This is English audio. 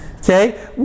Okay